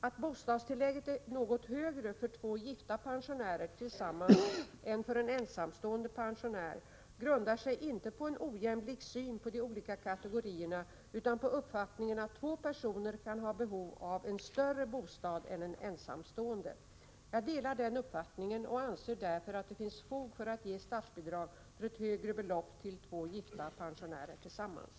Att bostadstillägget är något högre för två gifta pensionärer tillsammans än för en ensamstående pensionär, grundar sig inte på en ojämlik syn på de olika kategorierna utan på uppfattningen att två personer kan ha behov av en större bostad än en ensamstående. Jag delar den uppfattningen och anser därför att det finns fog för att ge statsbidrag för ett högre belopp till två gifta pensionärer tillsammans.